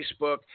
Facebook